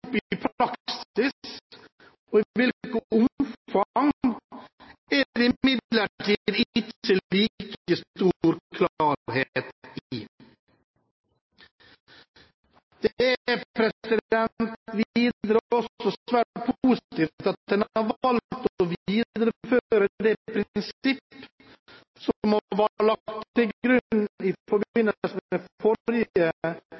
praksis, og i hvilket omfang, er det imidlertid ikke like stor klarhet i. Det er videre også svært positivt at en har valgt å videreføre det prinsipp som ble lagt til grunn i